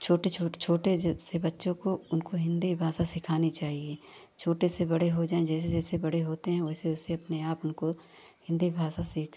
छोटे छोटे छोटे जे से बच्चों को उनको हिन्दी भाषा सिखानी चाहिए छोटे से बड़े हो जाएँ जैसे जैसे बड़े होते हैं वैसे वैसे अपने आप उनको हिन्दी भाषा सीख